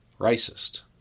racist